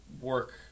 work